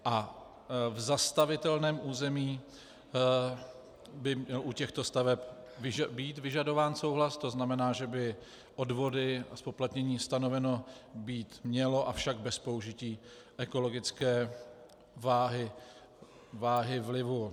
A v zastavitelném území by měl být u těchto staveb vyžadován souhlas, to znamená, že by odvody, zpoplatnění stanoveno být mělo, avšak bez použití ekologické váhy vlivu.